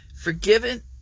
forgiven